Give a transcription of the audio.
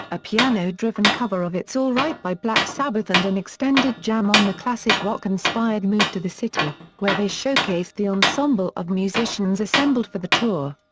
a piano-driven cover of it's alright by black sabbath and an extended jam on the classic rock-inspired move to the city where they showcased the ensemble of musicians assembled for the tour.